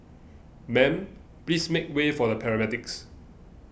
ma'am please make way for the paramedics